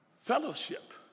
Fellowship